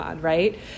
right